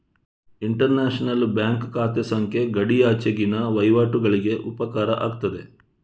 inter national bank ಖಾತೆ ಸಂಖ್ಯೆ ಗಡಿಯಾಚೆಗಿನ ವಹಿವಾಟುಗಳಿಗೆ ಉಪಕಾರ ಆಗ್ತದೆ